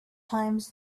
times